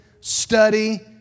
study